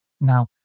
Now